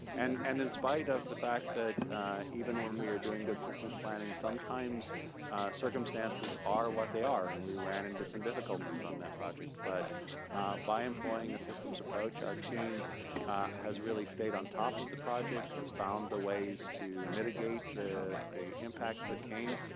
and and in spite of the fact that even when we are doing good systems planning sometimes circumstances are what they are and we ran into some difficulties on that project but by employing a systems approach, our team has really stayed on top of the project. has found the ways to mitigate the impacts impacts that came,